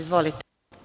Izvolite.